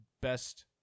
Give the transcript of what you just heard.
Best